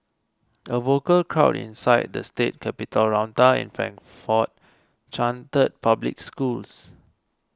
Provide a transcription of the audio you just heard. a vocal crowd inside the state capitol rotunda in Frankfort chanted public schools